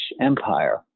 Empire